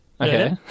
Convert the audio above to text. Okay